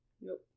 Nope